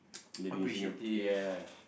living in Singa~ yeah